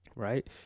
Right